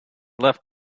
left